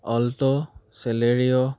alto Celerio